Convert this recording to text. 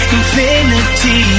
infinity